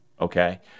okay